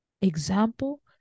Example